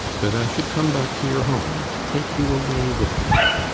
that i should come back to your home, and take you away with me?